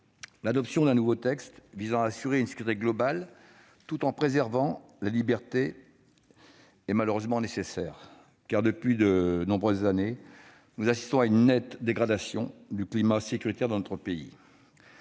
L'adoption d'un nouveau texte visant à assurer une sécurité globale tout en préservant les libertés était malheureusement nécessaire, car nous assistons depuis de nombreuses années à une nette dégradation du climat sécuritaire dans notre pays.